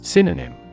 Synonym